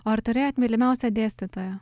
ar turėjot mylimiausią dėstytoją